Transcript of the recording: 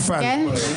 נפל.